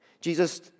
Jesus